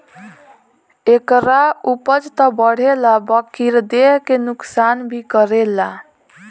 एकरा उपज त बढ़ेला बकिर देह के नुकसान भी करेला